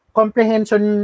comprehension